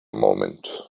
moment